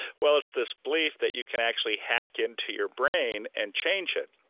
well, it's this belief that you can actually hack into your brain and change it,